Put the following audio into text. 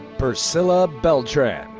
priscilla beltran.